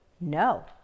No